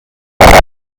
cross